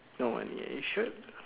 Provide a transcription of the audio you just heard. no you should